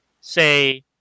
say